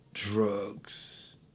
drugs